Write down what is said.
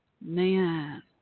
Man